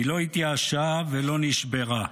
היא לא התייאשה ולא נשברה.